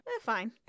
Fine